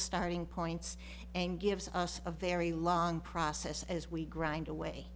starting points and gives us a very long process as we grind away